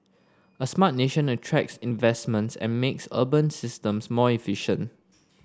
a Smart Nation attracts investments and makes urban systems more efficient